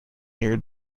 near